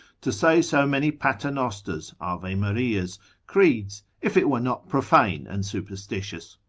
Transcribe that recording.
to say so many paternosters, avemarias, creeds, if it were not profane and superstitious.